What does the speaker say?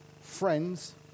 Friends